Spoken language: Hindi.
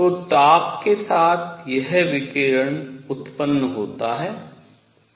तो ताप के साथ यह विकिरण उत्पन्न होता है सही